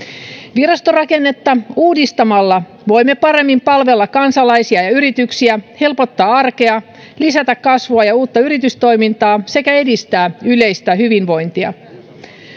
virastorakennetta uudistamalla voimme paremmin palvella kansalaisia ja yrityksiä helpottaa arkea lisätä kasvua ja uutta yritystoimintaa sekä edistää yleistä hyvinvointia